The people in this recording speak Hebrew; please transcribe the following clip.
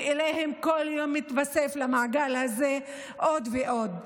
ואליהם כל יום מתווספים למעגל הזה עוד ועוד.